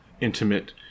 intimate